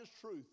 truth